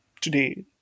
today